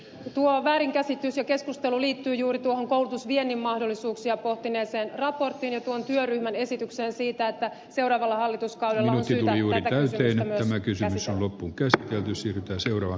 tuo väärinkäsitys ja keskustelu liittyy juuri tuohon koulutusviennin mahdollisuuksia pohtineeseen raporttiin ja tuon työryhmän esitykseen siitä että seuraavalla hallituskaudella on syytä tätä kysymystä myös käsitellä